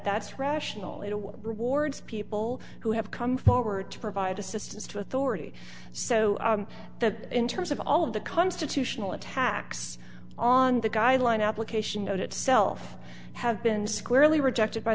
that's rational it will reward people who have come forward to provide assistance to authority so that in terms of all of the constitutional attacks on the guideline application itself have been squarely rejected by